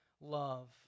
love